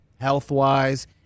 health-wise